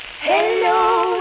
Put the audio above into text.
Hello